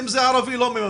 אם זה ערבי, לא מממנים.